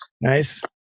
Nice